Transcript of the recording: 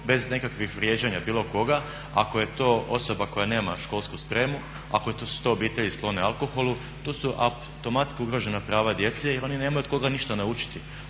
bez nekakvog vrijeđanja bilo koga, ako je to osoba koja nema školsku spremu, ako su to obitelji sklone alkoholu tu su automatski ugrožena prava djece i oni nemaju od koga ništa naučiti.